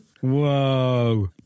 whoa